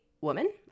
woman